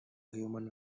human